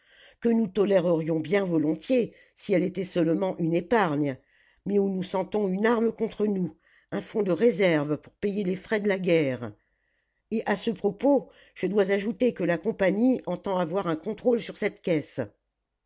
que nous tolérerions bien volontiers si elle était seulement une épargne mais où nous sentons une arme contre nous un fonds de réserve pour payer les frais de la guerre et à ce propos je dois ajouter que la compagnie entend avoir un contrôle sur cette caisse